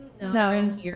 No